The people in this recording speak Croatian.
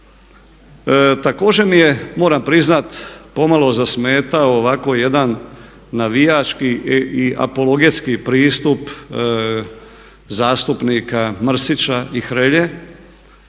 Također mi je moram priznat pomalo zasmetao ovako jedan navijački i apologetski pristup zastupnika Mrsića i Hrelje